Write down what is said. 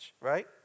right